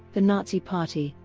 the nazi party,